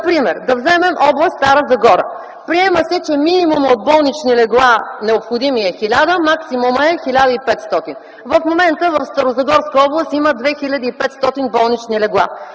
Например да вземем област Стара Загора. Приема се, че минимумът от болнични легла, необходимия е 1000, максимумът е 1500. В момента в Старозагорска област има 2500 болнични легла.